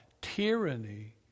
Tyranny